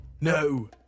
No